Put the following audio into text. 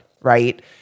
right